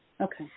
Okay